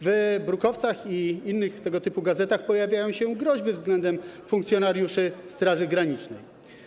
W brukowcach i innych tego typu gazetach pojawiają się groźby względem funkcjonariuszy Straży Granicznej.